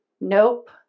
nope